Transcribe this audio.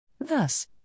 Thus